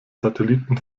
satelliten